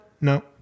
No